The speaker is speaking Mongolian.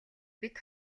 бид